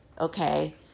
okay